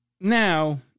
now